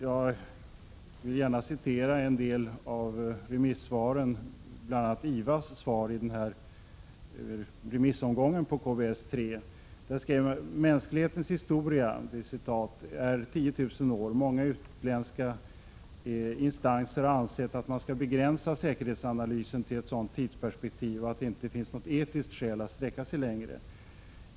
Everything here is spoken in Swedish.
Jag vill gärna citera vad IVA skrev i remissomgången beträffande KBS 3: ”Mänsklighetens historia är 10 000 år — många utländska instanser har ansett att man skall begränsa säkerhetsanalysen till ett sådant tidsperspektiv, och att det inte finns något etiskt skäl att sträcka sig längre.